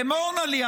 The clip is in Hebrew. אמור נא לי,